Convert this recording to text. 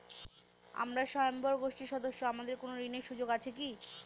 আমরা স্বয়ম্ভর গোষ্ঠীর সদস্য আমাদের কোন ঋণের সুযোগ আছে কি?